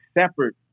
separate